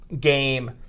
game